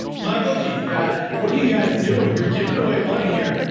my bookie, yeah what are you guys doing? you're giving away money here.